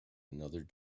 another